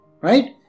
Right